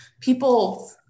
people